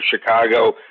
Chicago